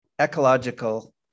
ecological